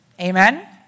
Amen